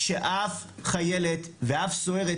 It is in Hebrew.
שאף חיילת ואף סוהרת,